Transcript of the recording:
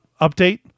Update